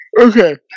Okay